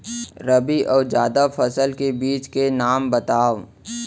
रबि अऊ जादा फसल के बीज के नाम बताव?